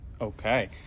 okay